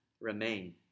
remain